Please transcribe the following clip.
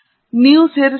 ನೀವು ಸೇರಿಸಬಹುದು